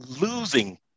losing